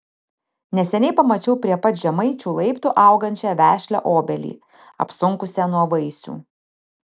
neseniai pamačiau prie pat žemaičių laiptų augančią vešlią obelį apsunkusią nuo vaisių